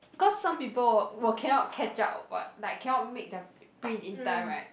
cause some people will cannot catch up what like cannot make the print in time right